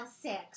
Six